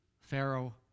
Pharaoh